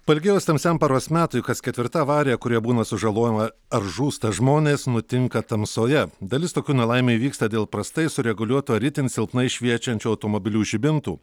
pailgėjus tamsiam paros metui kas ketvirta avarija kurioje būna sužalojama ar žūsta žmonės nutinka tamsoje dalis tokių nelaimių įvyksta dėl prastai sureguliuotų ar itin silpnai šviečiančių automobilių žibintų